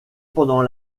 pendant